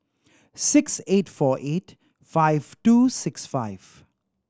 six eight four eight five two six five